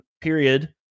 period